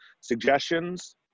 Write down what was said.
suggestions